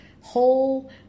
whole